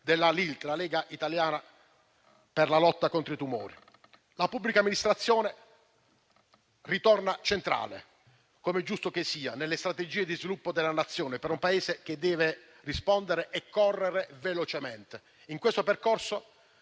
della Lega italiana per la lotta contro i tumori (LILT). La pubblica amministrazione ritorna centrale - come è giusto - nelle strategie di sviluppo della Nazione, per un Paese che deve rispondere e correre velocemente. In questo percorso